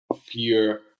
fear